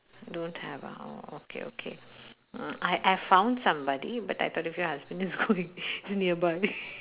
don't have ah oh okay okay uh I I've found somebody but I thought if your husband is going it's nearby